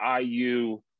IU